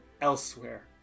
elsewhere